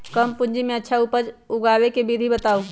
कम पूंजी में अच्छा फसल उगाबे के विधि बताउ?